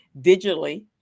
digitally